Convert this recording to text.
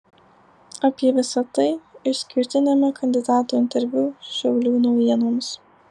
apie visa tai išskirtiniame kandidatų interviu šiaulių naujienoms